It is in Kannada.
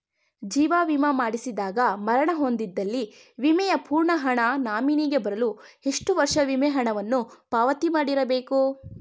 ಜೀವ ವಿಮಾ ಮಾಡಿಸಿದಾಗ ಮರಣ ಹೊಂದಿದ್ದಲ್ಲಿ ವಿಮೆಯ ಪೂರ್ಣ ಹಣ ನಾಮಿನಿಗೆ ಬರಲು ಎಷ್ಟು ವರ್ಷ ವಿಮೆ ಹಣವನ್ನು ಪಾವತಿ ಮಾಡಿರಬೇಕು?